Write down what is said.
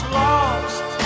lost